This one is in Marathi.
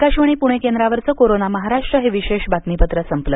आकाशवाणी पुणे केंद्रावरचं कोरोना महाराष्ट्र हे विशेष बातमीपत्र संपलं